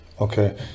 Okay